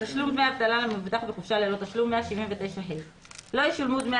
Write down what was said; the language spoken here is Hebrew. "תשלום דמי אבטלה למבוטח בחופשה ללא תשלום 179ה. לא ישולמו דמי